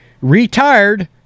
Retired